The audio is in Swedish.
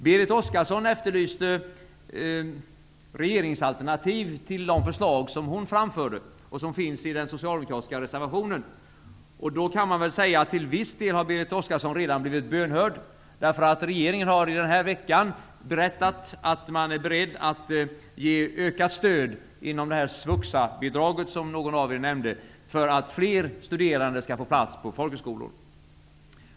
Berit Oscarsson efterlyste regeringsalternativ till de förslag som hon framförde och som finns i den socialdemokratiska reservationen. Då kan man väl säga att Berit Oscarsson till viss del redan har blivit bönhörd, för regeringen har den här veckan berättat att man är beredd att ge ökat stöd inom det s.k. SVUXA-bidraget, som någon av er nämnde, för att fler studerande skall få plats på folkhögskolor.